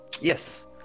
Yes